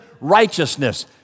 righteousness